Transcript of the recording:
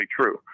true